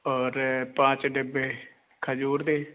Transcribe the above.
ਔਰ ਪਾਚ ਡੱਬੇ ਖਜੂਰ ਦੇ